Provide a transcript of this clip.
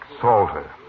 Salter